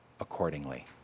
accordingly